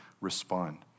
respond